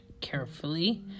carefully